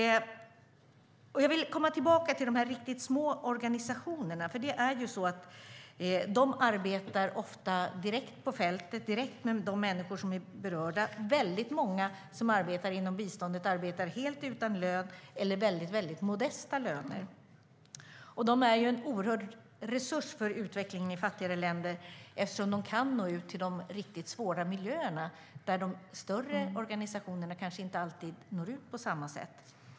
Jag vill komma tillbaka till de riktigt små organisationerna. De arbetar ofta direkt på fältet och direkt med de människor som är berörda. Många som arbetar med bistånd arbetar helt utan lön eller med väldigt modesta löner. De är en oerhörd resurs när det gäller utvecklingen i fattigare länder, eftersom de kan nå ut till de riktigt svåra miljöerna, där de större organisationerna kanske inte alltid når ut på samma sätt.